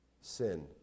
sin